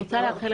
להתראות.